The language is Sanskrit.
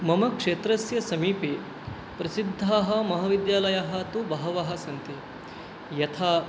मम क्षेत्रस्य समीपे प्रसिद्धाः महाविद्यालयाः तु बहवः सन्ति यथा